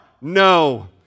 No